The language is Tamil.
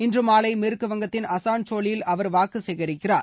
இன்று மாலை மேற்கு வங்கத்தின் அசான் சோலில் அவர் வாக்கு சேகரிக்கிறார்